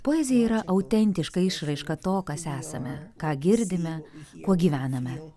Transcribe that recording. poezija yra autentiška išraiška to kas esame ką girdime kuo gyvename